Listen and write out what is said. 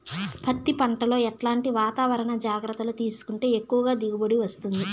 పత్తి పంట లో ఎట్లాంటి వాతావరణ జాగ్రత్తలు తీసుకుంటే ఎక్కువగా దిగుబడి వస్తుంది?